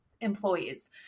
employees